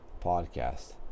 podcast